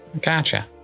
Gotcha